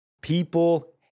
people